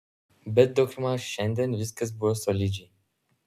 bet daugmaž šiandien viskas buvo solidžiai